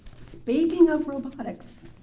speaking of robotics,